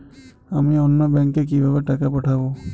আমি অন্য ব্যাংকে কিভাবে টাকা পাঠাব?